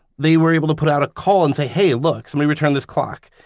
they were able to put out a call and say hey, look smene returned this clock.